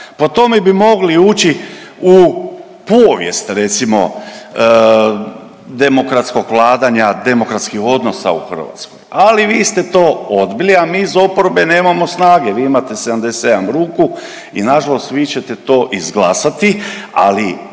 po tome bi mogli ući u povijest recimo demokratskog vladanja, demokratskih odnosa u Hrvatskoj. Ali vi ste to odbili, a mi iz oporbe nemamo snage. Vi imate 77 ruku i na žalost vi ćete to izglasati ali